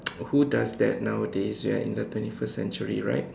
who does that nowadays we are in the twenty first century right